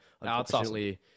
Unfortunately